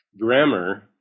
grammar